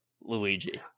Luigi